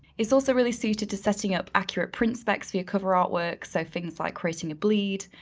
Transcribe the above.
it's also really suited to setting up accurate print specs for your cover artwork. so things like creating a bleed,